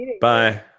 Bye